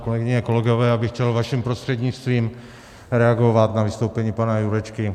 Kolegyně a kolegové, já bych chtěl vaším prostřednictvím reagovat na vystoupení pana Jurečky.